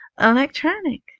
electronic